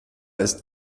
ist